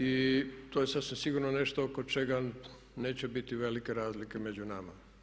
I to je sasvim sigurno nešto oko čega neće biti velike razlike među nama.